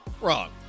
Wrong